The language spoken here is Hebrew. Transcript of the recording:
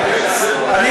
עליו,